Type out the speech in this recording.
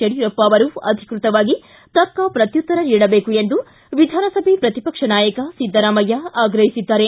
ಯಡಿಯೂರಪ್ಪ ಅವರು ಅಧಿಕೃತವಾಗಿ ತಕ್ಕ ಪ್ರತ್ಯುತ್ತರ ನೀಡಬೇಕು ಎಂದು ವಿಧಾನಸಭೆ ಪ್ರತಿಪಕ್ಷ ನಾಯಕ ಸಿದ್ದರಾಮಯ್ಯ ಆಗ್ರಹಿಸಿದ್ದಾರೆ